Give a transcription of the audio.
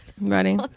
Ready